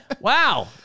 wow